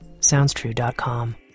Soundstrue.com